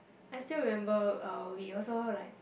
I still remember uh we also hold like